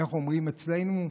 איך אומרים אצלנו?